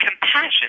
Compassion